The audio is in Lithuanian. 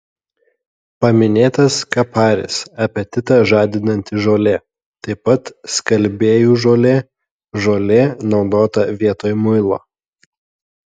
paminėtas kaparis apetitą žadinanti žolė taip pat skalbėjų žolė žolė naudota vietoj muilo